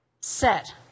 set